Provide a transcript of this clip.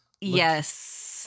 Yes